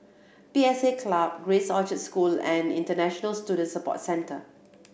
P S A Club Grace Orchard School and International Student Support Centre